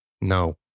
no